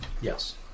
Yes